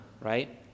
Right